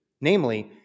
Namely